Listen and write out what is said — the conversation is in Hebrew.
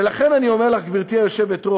ולכן אני אומר לך, גברתי היושבת-ראש,